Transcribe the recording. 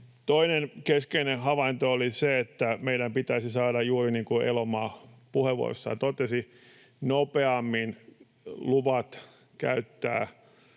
Toinen keskeinen havainto oli se, että meidän pitäisi saada, juuri niin kuin Elomaa puheenvuorossaan totesi, nopeammin luvat käyttää